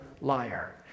liar